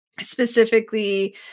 specifically